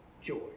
joy